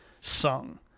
sung